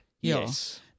Yes